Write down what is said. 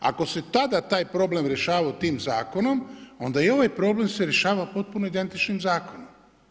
Ako se tada taj problem rješavao tim zakonom, onda i ovaj problem se rješava potpuno identičnim zakonom.